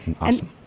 Awesome